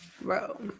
Bro